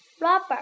Rubber